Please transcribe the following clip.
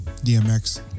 Dmx